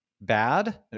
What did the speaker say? bad